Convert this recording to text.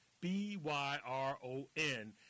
B-Y-R-O-N